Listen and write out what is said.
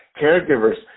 caregivers